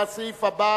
הרחבת הגדרת הגזענות),